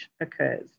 occurs